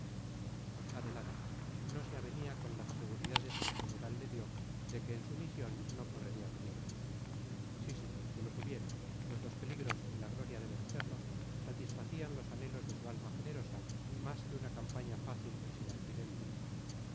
adelante no se avenía con las seguridades que el general le dio de que en su misión no correría peligro sí sí que los hubiera pues los peligros y la gloria de vencerlos satisfacían los anhelos de su alma generosa más que una campaña fácil y sin accidentes